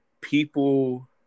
People